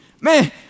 man